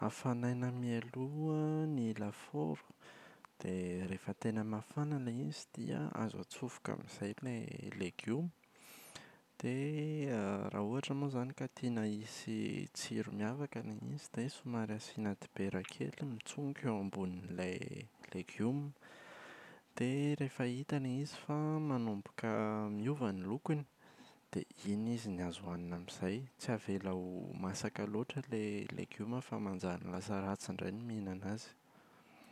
Hafanaina mialoha an ny lafaoro dia rehefa tena mafana ilay izy dia azo atsofoka amin’izay ilay legioma, dia raha ohatra moa izany ka tiana hisy tsiro miavaka ilay izy dia somary asiana dibera kely mitsonika eo ambonin’ilay legioma, dia rehefa hita ilay izy fa manomboka miova ny lokony dia iny izy no azo hoanina amin’izay. Tsy avela ho masaka loatra ilay legioma fa manjary lasa ratsy indray ny mihinana azy.